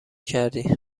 کردی